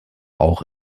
auch